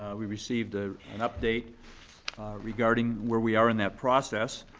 we received ah an update regarding where we are in that process.